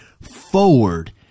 forward